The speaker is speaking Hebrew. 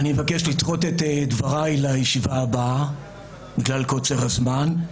אני אבקש לדחות את דבריי לישיבה הבאה בגלל קוצר הזמן,